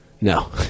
No